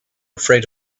afraid